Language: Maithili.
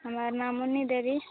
हमर नाम मुन्नी देवी